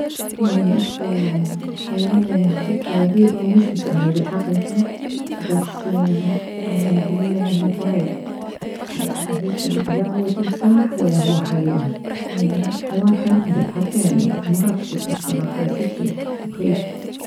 يعني اكثر حيوان شفته يعني غريب اني ما شفته يعني بالحقيقة بس يعني بالموبايل هيجي لا هو تمساح ولا هو حية حيوان حيل غريب حتى يعني ما عرفت اسمه الصراحة بس هيجي مخيف